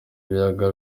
biyaga